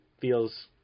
feels